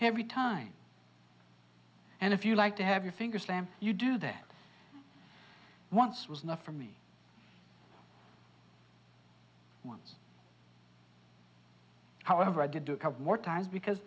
every time and if you like to have your finger slam you do that once was enough for me once however i did a couple more times because